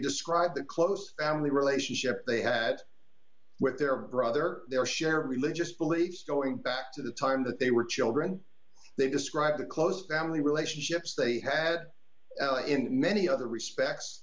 described the close family relationship they had with their brother their share religious beliefs going back to the time that they were children they described a close family relationships they had in many other respects